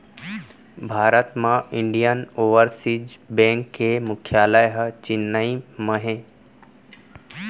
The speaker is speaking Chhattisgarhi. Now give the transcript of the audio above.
भारत म इंडियन ओवरसीज़ बेंक के मुख्यालय ह चेन्नई म हे